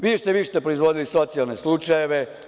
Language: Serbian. Vi ste više proizvodili socijalne slučajeve.